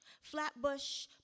Flatbush